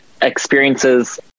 experiences